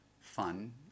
fun